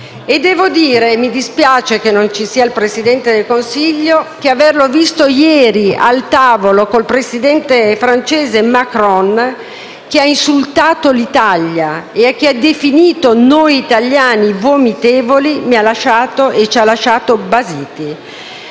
Devo dire - e mi dispiace che non ci sia il Presidente del Consiglio - che averlo visto ieri al tavolo col presidente francese Macron, che ha insultato l'Italia e che ha definito noi italiani «vomitevoli», mi ha lasciato e ci ha lasciati basiti.